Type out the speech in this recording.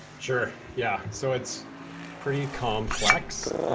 sure, yeah, so it's pretty complex.